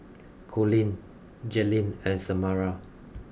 Coleen Jailene and Samara